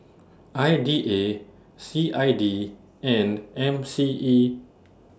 I D A C I D and M C E